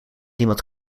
niemand